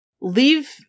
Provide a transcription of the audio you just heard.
leave